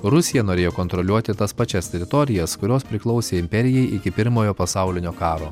rusija norėjo kontroliuoti tas pačias teritorijas kurios priklausė imperijai iki pirmojo pasaulinio karo